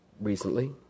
recently